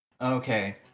Okay